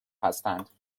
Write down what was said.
هستند